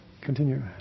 continue